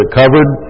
covered